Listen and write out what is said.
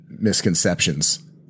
misconceptions